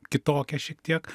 kitokią šiek tiek